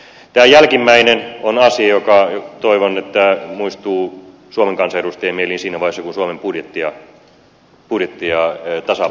tämä jälkimmäinen on asia jonka toivon muistuvan suomen kansanedustajien mieliin siinä vaiheessa kun suomen budjettia tasapainotetaan